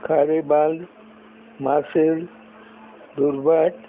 कारेबांद Marcel Durbhat